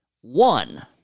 One